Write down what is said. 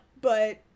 But-